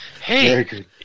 Hey